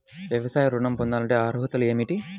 వ్యవసాయ ఋణం పొందాలంటే అర్హతలు ఏమిటి?